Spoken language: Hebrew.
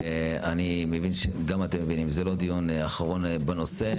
אני ואתם מבינים שזה לא דיון אחרון בנושא.